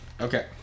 Okay